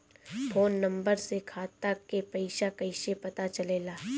Phone number से खाता के पइसा कईसे पता चलेला?